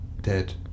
dead